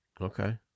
okay